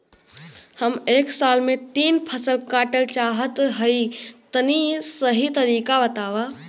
हम एक साल में तीन फसल काटल चाहत हइं तनि सही तरीका बतावा?